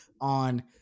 on